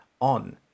on